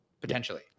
Potentially